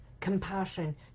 compassion